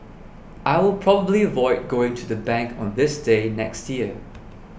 I will probably avoid going to the bank on this day next year